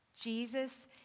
Jesus